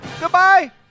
Goodbye